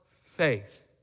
faith